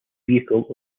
vehicle